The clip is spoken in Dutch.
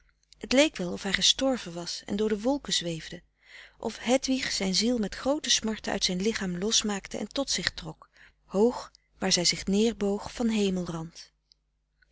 het leek wel of hij gestorven was en door de wolken zweefde of hedwig zijn ziel met groote smarten uit zijn lichaam losmaakte en tot zich trok hoog waar zij zich neerboog van hemelrand